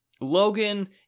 Logan